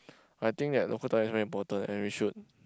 I think that local talent is very important and we should